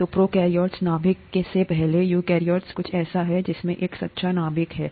तो प्रोकेरियोट नाभिक से पहले यूकेरियोट कुछ ऐसा है जिसमें एक सच्चा नाभिक है